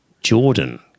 Jordan